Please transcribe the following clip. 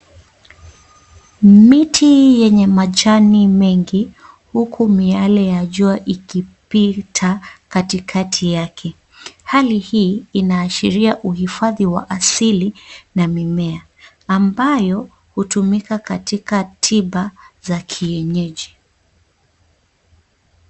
Miti yenye majani mengi huku miale ya jua ikipita katikati yake. Hali hii inaashiria uhifadhi wa asili na mimea ,ambayo hutumika katika tiba za kienyeji.